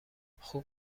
خوب